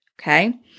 okay